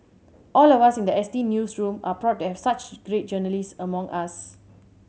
all of us in the S T newsroom are proud to have such great journalists among us